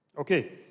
Okay